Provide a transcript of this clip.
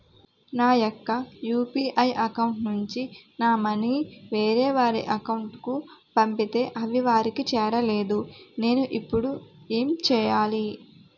నా యెక్క UPI account నుంచి నా మనీ వేరే వారి అకౌంట్ కు పంపితే అవి వారికి చేరలేదు నేను ఇప్పుడు ఎమ్ చేయాలి?